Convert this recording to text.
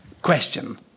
question